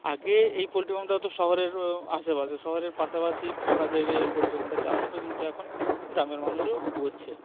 আগে এই পোলট্রি ফার্মটা হতো শহরের আশেপাশে শহরের পাশাপাশি ফাঁকা জায়গায় এই পোলট্রি ফার্মটা চাষ হতো কিন্তু এখন গ্রামের মানুষও করছে